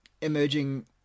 emerging